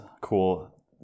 cool